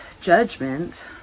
judgment